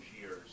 years